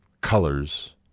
colors